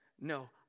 no